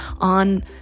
on